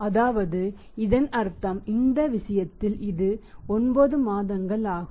அதாவது இதன் அர்த்தம் இந்த விஷயத்தில் இது 9 மாதங்கள் ஆகும்